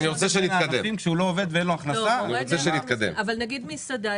אם ניקח לדוגמה מסעדה,